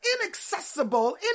inaccessible